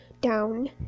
down